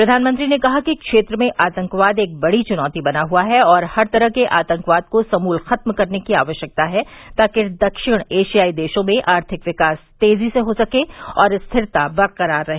प्रधानमंत्री ने कहा कि क्षेत्र में आतंकवाद एक बड़ी चुनौती बना हुआ है और हर तरह के आतंकवाद को समूल खत्म करने की आवश्यकता है ताकि दक्षिण एशियाई देशों में आर्थिक विकास तेजी से हो सके और स्थिरता बरक़रार रहे